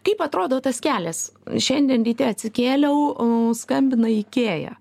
kaip atrodo tas kelias šiandien ryte atsikėliau skambina ikea